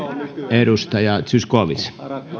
edustaja zyskowicz